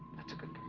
that's a good